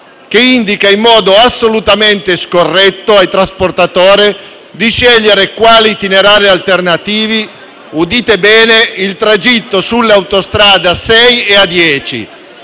che indica in modo assolutamente scorretto ai trasportatori di scegliere quali itinerari alternativi - udite bene - il tragitto sulle autostrade A6 e A10,